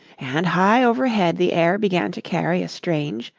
and high overhead the air began to carry a strange,